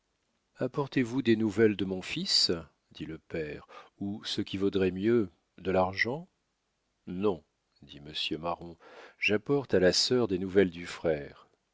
apportez vous des nouvelles de mon fils dit le père ou ce qui vaudrait mieux de l'argent non dit monsieur marron j'apporte à la sœur des nouvelles du frère